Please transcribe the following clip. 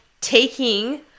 taking